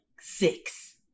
six